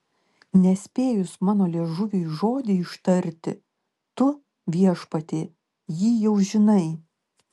nespėjus mano liežuviui žodį ištarti tu viešpatie jį jau žinai